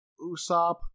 Usopp